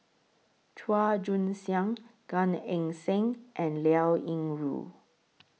Chua Joon Siang Gan Eng Seng and Liao Yingru